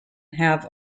have